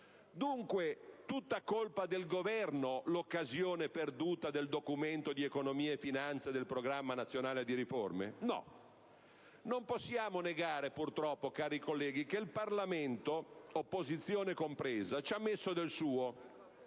Dunque, è tutta colpa del Governo l'occasione perduta del Documento di economia e finanza e del Programma nazionale di riforma? No, non possiamo negare purtroppo, cari colleghi, che il Parlamento, opposizione compresa, ci ha messo del suo: